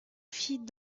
fit